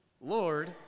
Lord